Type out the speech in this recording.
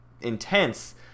intense